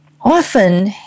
Often